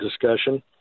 discussion